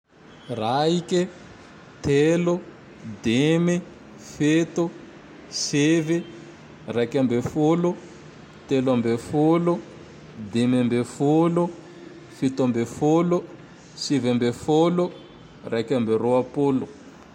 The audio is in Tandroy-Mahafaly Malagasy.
Raiky, telo, dimy, fito, sivy, raiky ambe folo, telo ambe folo, dimy ambe folo, fito ambe folo, sivy ambe folo, raiky ambe ropolo.